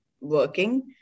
working